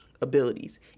abilities